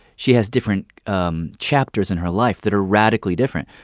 she has different um chapters in her life that are radically different.